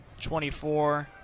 24